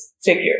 figure